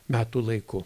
metų laiku